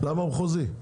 למה מחוזית?